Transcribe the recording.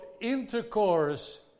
intercourse